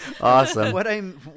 Awesome